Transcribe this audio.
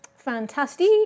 Fantastic